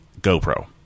GoPro